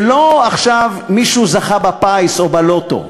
זה לא שמישהו זכה בפיס או בלוטו,